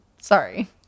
sorry